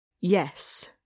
Yes